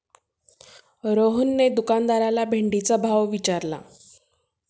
रोहनने दुकानदाराला भेंडीचा भाव विचारला